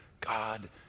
God